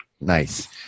Nice